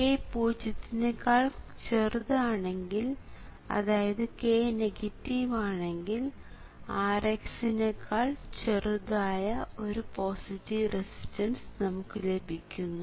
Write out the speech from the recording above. k പൂജ്യത്തിനേക്കാൾ ചെറുതാണെങ്കിൽ അതായത് k നെഗറ്റീവ് ആണെങ്കിൽ Rx നേക്കാൾ ചെറുതായ ഒരു പോസിറ്റീവ് റെസിസ്റ്റൻസ് നമുക്ക് ലഭിക്കുന്നു